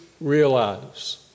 realize